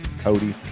Cody